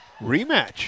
rematch